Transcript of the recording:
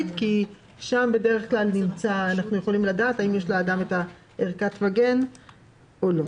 כי שם אנחנו יכולים לדעת האם לאדם יש ערכת מגן או לא.